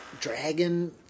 dragon